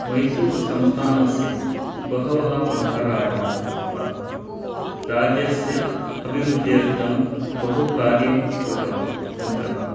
मैसूरुसंस्थानस्य बहवः महाराजाः राज्यस्य अभिवृद्ध्यर्थं बहुकार्यं कृतवान् कृतवन्तः